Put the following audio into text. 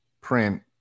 print